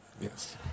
Yes